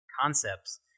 concepts